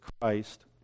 Christ